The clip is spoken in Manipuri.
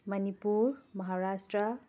ꯃꯅꯤꯄꯨꯔ ꯃꯥꯍꯥꯔꯥꯁꯇ꯭ꯔꯥ